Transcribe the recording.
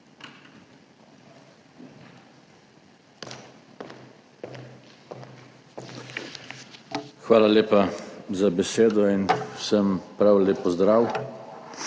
Hvala lepa za besedo in vsem prav lep pozdrav!